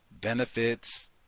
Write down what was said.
benefits